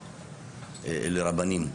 לרבנים.